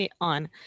on